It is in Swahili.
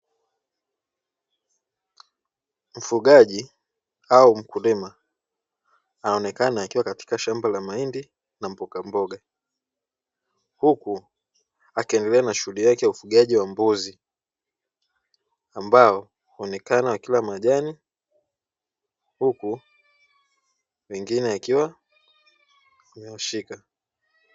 Mfugaji au mkulima anaonekana akiwa katika shamba la mahindi na mbogamboga, huku akiedelea na shughuli yake ya ufugaji wa mbuzi ambao wanaonekana wakila majani huku wengine akiwa amewashika.